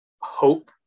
hope